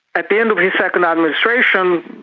at the end of his second administration,